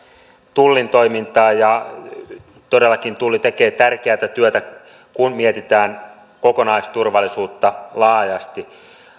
tullin toimintaa todellakin tulli tekee tärkeätä työtä kun mietitään kokonaisturvallisuutta laajasti